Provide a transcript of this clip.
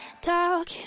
Talk